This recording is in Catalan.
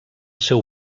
seu